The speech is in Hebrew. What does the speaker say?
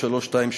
פ/3323,